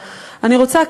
אני צריכה עזרה.